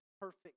perfect